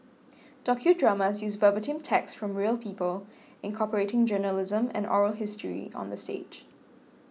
docudramas use verbatim text from real people incorporating journalism and oral history on the stage